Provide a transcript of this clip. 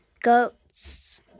goats